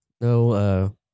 no